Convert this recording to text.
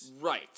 right